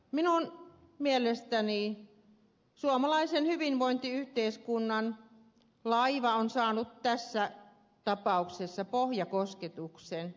minun mielestäni suomalaisen hyvinvointiyhteiskunnan laiva on saanut tässä tapauksessa pohjakosketuksen